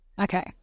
Okay